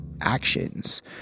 actions